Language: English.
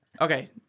Okay